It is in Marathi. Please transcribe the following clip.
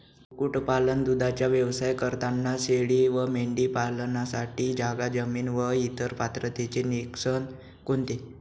कुक्कुटपालन, दूधाचा व्यवसाय करताना शेळी व मेंढी पालनासाठी जागा, जमीन व इतर पात्रतेचे निकष कोणते?